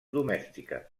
domèstiques